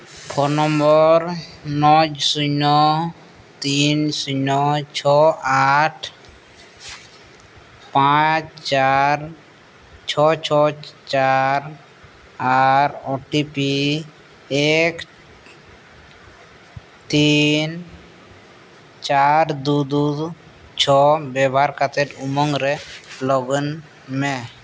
ᱪᱷᱚ ᱱᱚᱢᱵᱚᱨ ᱱᱚ ᱥᱩᱱᱱᱚ ᱛᱤᱱ ᱥᱩᱱᱱᱚ ᱪᱷᱚ ᱟᱴ ᱯᱟᱸᱪ ᱪᱟᱨ ᱪᱷᱚ ᱪᱷᱚ ᱪᱟᱨ ᱟᱨ ᱳ ᱴᱤ ᱯᱤ ᱮᱠ ᱛᱤᱱ ᱪᱟᱨ ᱫᱩ ᱫᱩ ᱪᱷᱚ ᱵᱮᱵᱚᱦᱟᱨ ᱠᱟᱛᱮᱫ ᱩᱢᱟᱹᱝ ᱨᱮ ᱞᱚᱜᱽ ᱤᱱ ᱢᱮ